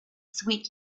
sweet